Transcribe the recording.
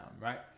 right